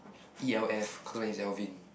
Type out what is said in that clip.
E L F is Alvin